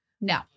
no